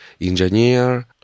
engineer